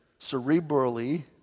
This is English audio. cerebrally